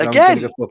Again